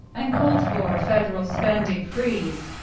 and called for a federal spending freeze.